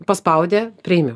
paspaudė priėmiau